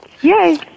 Yay